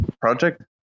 project